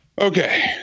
Okay